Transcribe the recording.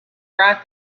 write